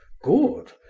good,